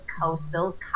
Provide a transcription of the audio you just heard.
Coastal